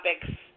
Topics